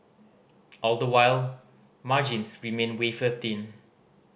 all the while margins remain wafer thin